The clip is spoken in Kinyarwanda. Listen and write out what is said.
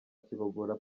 kibogora